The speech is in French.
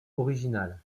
original